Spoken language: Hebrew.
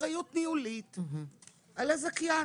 אחריות ניהולית על הזכיין.